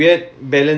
oh